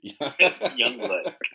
Youngblood